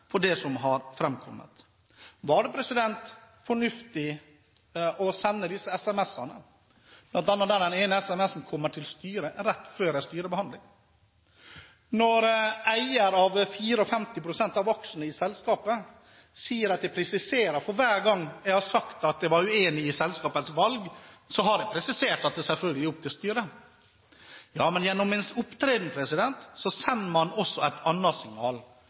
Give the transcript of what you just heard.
Var det fornuftig å sende disse sms-ene? Blant annet kom den ene sms-en til styret rett før en styrebehandling. Eieren av 54 pst. av aksjene i selskapet sier at han hver gang han har sagt at han er uenig i selskapets valg, har presisert at det selvfølgelig er opp til styret. Men gjennom ens opptreden sender en også et annet signal.